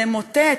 למוטט,